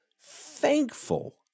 thankful